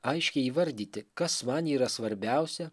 aiškiai įvardyti kas man yra svarbiausia